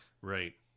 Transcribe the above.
right